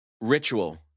Ritual